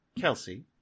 Kelsey